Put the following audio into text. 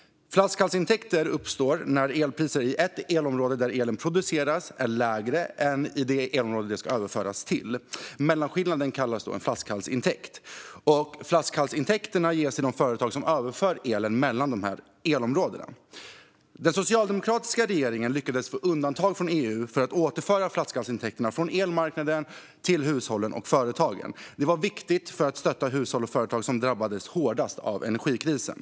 Flaskhalsintäkter uppstår när elpriset i ett elområde där elen produceras är lägre än i det elområde den ska överföras till. Mellanskillnaden kallas flaskhalsintäkt. Flaskhalsintäkterna ges till det företag som överför elen mellan elområdena. Den socialdemokratiska regeringen lyckades få undantag från EU för att återföra flaskhalsintäkterna från elmarknaden till hushållen och företagen. Det var viktigt för att stötta de hushåll och företag som drabbades hårdast av energikrisen.